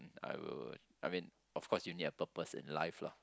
I will I mean of course you need a purpose in life lah